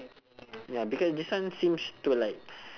ya because this one seems to like